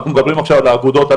אנחנו מדברים עכשיו על האגודות,